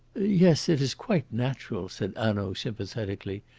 yes, it is quite natural, said hanaud sympathetically.